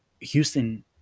Houston